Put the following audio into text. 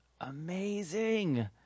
amazing